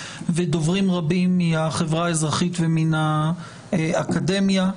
ודוברים רבים מהחברה האזרחית ומן האקדמיה.